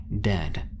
dead